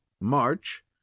March